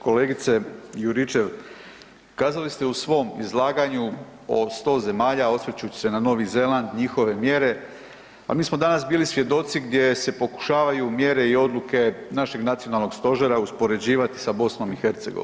Kolegice Juričev kazali ste u svom izlaganju o 100 zemalja osvrćući se na Novi Zeland, njihove mjere, a mi smo danas bili svjedoci gdje se pokušavaju mjere i odluke našeg nacionalnog stožera uspoređivati sa BiH.